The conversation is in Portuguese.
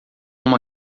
uma